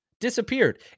Disappeared